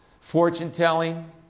Fortune-telling